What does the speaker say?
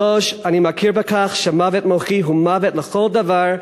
3. אני מכיר בכך שמוות מוחי הוא מוות לכל דבר,